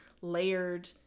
layered